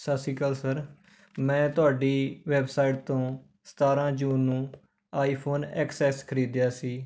ਸਤਿ ਸ਼੍ਰੀ ਅਕਾਲ ਸਰ ਮੈਂ ਤੁਹਾਡੀ ਵੈਬਸਾਈਟ ਤੋਂ ਸਤਾਰਾਂ ਜੂਨ ਨੂੰ ਆਈ ਫ਼ੋਨ ਐਕਸਐੱਸ ਖਰੀਦਿਆ ਸੀ